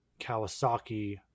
Kawasaki